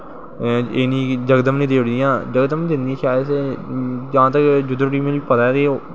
जकदम नी देई ओड़दियां जां ते जिद्धर तक मीं पता ऐ